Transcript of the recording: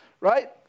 right